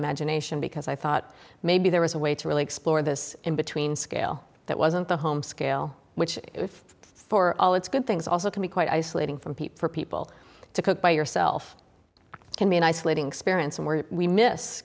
imagination because i thought maybe there was a way to really explore this in between scale that wasn't the home scale which for all it's good things also can be quite isolating from people for people to cook by yourself can be an isolating experience and where we miss